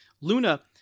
Luna